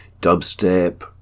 dubstep